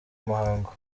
muhango